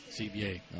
CBA